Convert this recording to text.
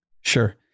Sure